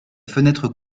fenêtres